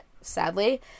sadly